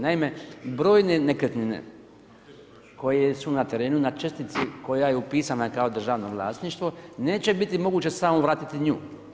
Naime, brojne nekretnine koje su na terenu na čestici koja je upisana kao državno vlasništvo neće biti moguće samo vratiti nju.